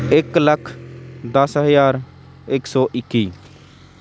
ਇੱਕ ਲੱਖ ਦਸ ਹਜ਼ਾਰ ਇੱਕ ਸੌ ਇੱਕੀ